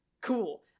Cool